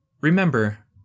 Remember